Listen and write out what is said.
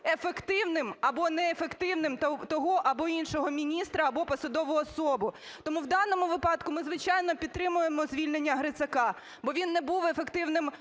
ефективним або неефективним того або іншого міністра або посадову особу. Тому в даному випадку ми, звичайно, підтримуємо звільнення Грицака, бо він не був ефективним